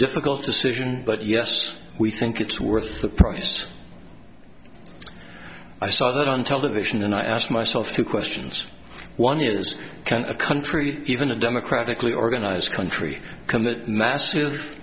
difficult decision but yes we think it's worth the price i saw that on television and i ask myself two questions one is can a country even a democratically organize country commit massive